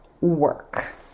work